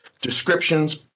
descriptions